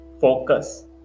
focus